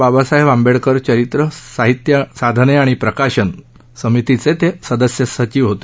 बाबासाहेब आंबेडकर चरित्र साहित्य साधने आणि प्रकाशन समितीचे ते सदस्य सचिव होते